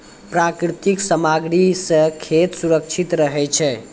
प्राकृतिक सामग्री सें खेत सुरक्षित रहै छै